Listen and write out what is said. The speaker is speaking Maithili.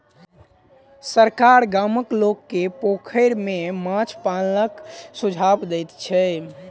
सरकार गामक लोक के पोखैर में माछ पालनक सुझाव दैत छै